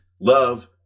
love